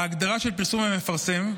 ההגדרה של "פרסום" ו"מפרסם"